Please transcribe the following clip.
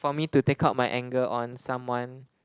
for me to take out my anger on someone